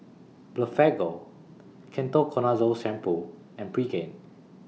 Blephagel Ketoconazole Shampoo and Pregain